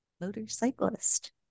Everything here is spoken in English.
motorcyclist